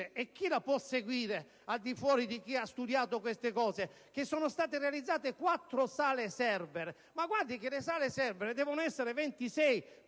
e chi la può seguire al di fuori di chi ha studiato queste cose? - che sono state realizzate 4 sale *server*. Ma guardi che le sale *server* devono essere 26, pari